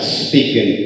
speaking